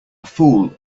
fool